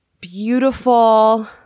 beautiful